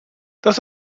das